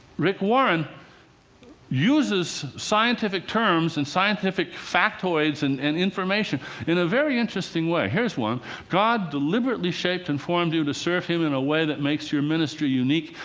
rick warren uses scientific terms and scientific factoids and and information in a very interesting way. here's one god deliberately shaped and formed you to serve him in a way that makes your ministry unique.